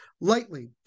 lightly